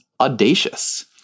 audacious